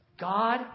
God